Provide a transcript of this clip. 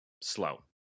slow